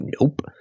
Nope